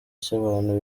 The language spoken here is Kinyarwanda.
cy’abantu